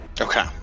Okay